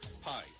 Hi